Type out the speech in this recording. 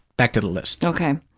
back to the list. okay.